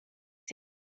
yet